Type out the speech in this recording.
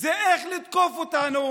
זה איך לתקוף אותנו,